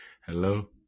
hello